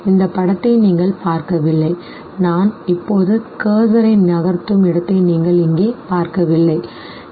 இந்த படத்தை நீங்கள் பார்க்கவில்லை நான் இப்போது கர்சரை நகர்த்தும் இடத்தை நீங்கள் இங்கே பார்க்கவில்லை சரி